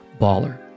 baller